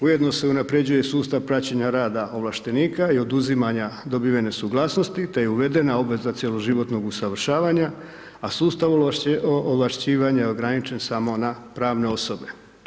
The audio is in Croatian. Ujedno se unaprjeđuje sustav praćenja rada ovlaštenika i oduzimanja dobivene suglasnosti te je uvedena obveza cjeloživotnog usavršavanja, a sustav ovlašćivanja je ograničena samo na pravne osobe.